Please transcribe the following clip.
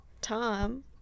Tom